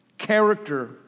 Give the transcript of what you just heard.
character